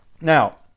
Now